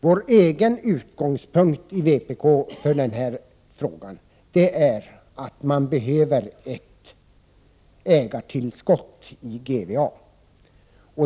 Vår utgångspunkt i vpk beträffande den här frågan är att det behövs ett ägartillskott i GVA.